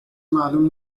معلوم